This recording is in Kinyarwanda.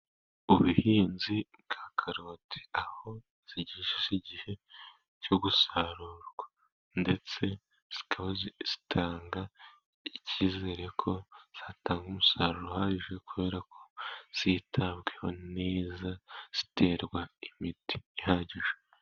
Ubuhinzi bwa karoti aho zigeze igihe cyo gusarurwa, ndetse zikaba zitanga icyizere ko zatanga umusaruro uhagije, kubera ko zitabwaho neza ziterwa imiti ihagije.